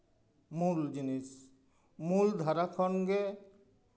ᱢᱩᱞ ᱡᱤᱱᱤᱥ ᱢᱩᱞ ᱫᱷᱟᱨᱟ ᱠᱷᱚᱱ ᱜᱮ